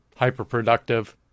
hyperproductive